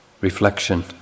reflection